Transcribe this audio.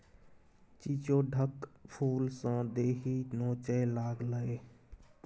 चिचोढ़क फुलसँ देहि नोचय लागलै